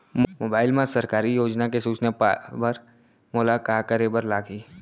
mobile मा सरकारी योजना के सूचना पाए बर मोला का करे बर लागही